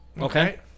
Okay